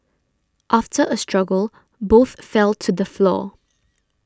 after a struggle both fell to the floor